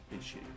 issue